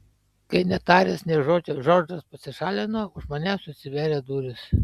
kai netaręs nė žodžio džordžas pasišalino už manęs užsivėrė durys